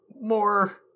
more